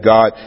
God